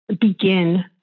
begin